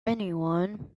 anyone